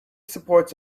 supports